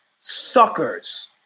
Suckers